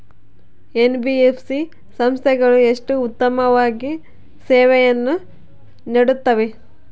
NBFC ಸಂಸ್ಥೆಗಳು ಎಷ್ಟು ಉತ್ತಮವಾಗಿ ಸೇವೆಯನ್ನು ನೇಡುತ್ತವೆ?